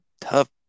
tough